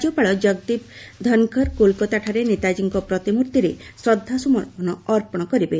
ରାଜ୍ୟପାଳ ଜଗଦୀପ ଧନଖର କୋଲକାତାଠାରେ ନେତାଜୀଙ୍କ ପ୍ରତିମୂର୍ତ୍ତିରେ ଶ୍ରଦ୍ଧାସୁମନ ଅର୍ପଣ କରିବେ